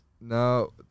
No